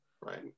Right